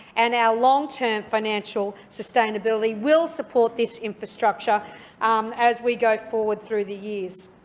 and our long term financial sustainability will support this infrastructure as we go forward through the years.